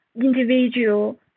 individual